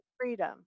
freedom